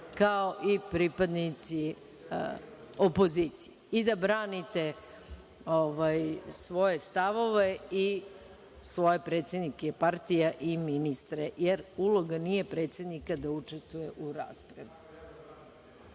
kao i pripadnici opozicije i da branite svoje stavove i svoje predsednike partija i ministre, jer uloga nije predsednika da učestvuje u raspravi.(Zoran